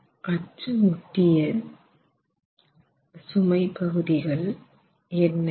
அச்சு ஒட்டிய சுமை பகுதிகள் என்னென்ன